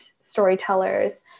storytellers